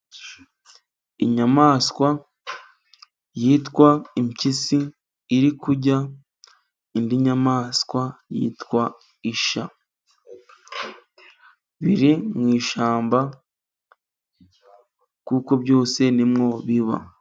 Inyamaswa yitwa impyisi, iri kurya indi nyamaswa yitwa Isha, biri mu ishyamba kuko byose nimwo biba.